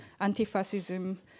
anti-fascism